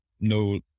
no